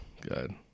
good